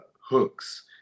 hooks